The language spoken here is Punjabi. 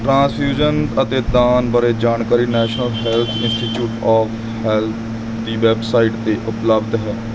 ਟ੍ਰਾਂਸਫਿਊਜ਼ਨ ਅਤੇ ਦਾਨ ਬਾਰੇ ਜਾਣਕਾਰੀ National Health Institute of Health ਦੀ ਵੈੱਬਸਾਈਟ 'ਤੇ ਉਪਲਬਧ ਹੈ